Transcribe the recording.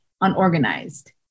unorganized